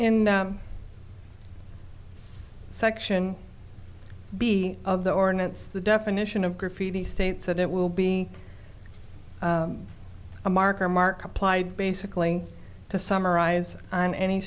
in section b of the ordinance the definition of graffiti states that it will be a marker mark applied basically to summarize on any